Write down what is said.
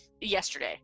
yesterday